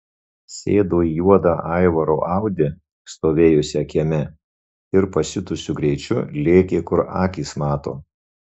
sėdo į juodą aivaro audi stovėjusią kieme ir pasiutusiu greičiu lėkė kur akys mato